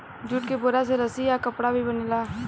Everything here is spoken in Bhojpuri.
जूट के बोरा से रस्सी आ कपड़ा भी बनेला